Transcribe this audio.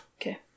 Okay